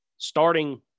starting